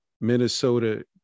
Minnesota